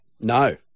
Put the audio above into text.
No